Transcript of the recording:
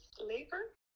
labor